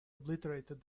obliterated